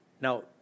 Now